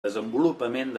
desenvolupament